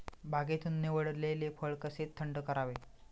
बागेतून निवडलेले फळ कसे थंड करावे?